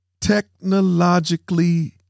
technologically